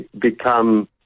become